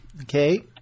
Okay